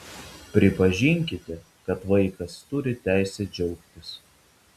pripažinkite kad vaikas turi teisę džiaugtis